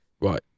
right